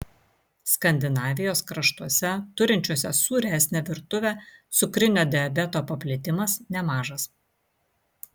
skandinavijos kraštuose turinčiuose sūresnę virtuvę cukrinio diabeto paplitimas nemažas